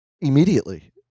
immediately